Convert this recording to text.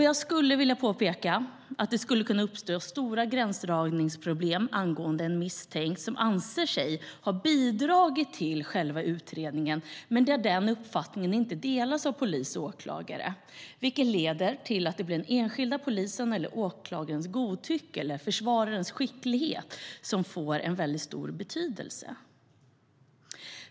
Jag skulle även vilja påpeka att det skulle kunna finnas stora gränsdragningsproblem när en misstänkt anser sig ha bidragit till själva utredningen men polis eller åklagare inte delar den uppfattningen. Det leder till att den enskilde polisens eller åklagarens godtycke, eller försvararens skicklighet, får väldigt stor betydelse.